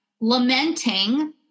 lamenting